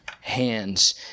hands